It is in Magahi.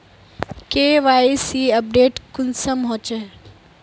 के.वाई.सी अपडेट कुंसम होचे?